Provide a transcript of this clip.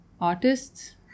artists